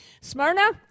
Smyrna